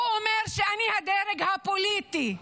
הוא אומר: אני הדרג הפוליטי,